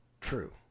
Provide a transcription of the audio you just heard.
true